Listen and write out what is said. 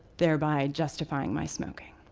thereby justifying my smoking.